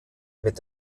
mit